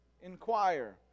inquire